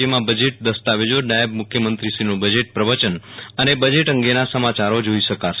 જેમાં બજેટ દસ્તાવેજો નાયબ મુખ્યમંત્રીશ્રીનું બજેટ પ્રવચન અને બજેટ અંગેના સમાયારો જોઈ શકાશે